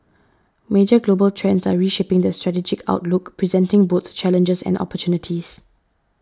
major global trends are reshaping the strategic outlook presenting both challenges and opportunities